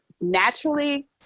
naturally